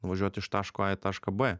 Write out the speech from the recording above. nuvažiuot iš taško a į tašką b